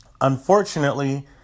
unfortunately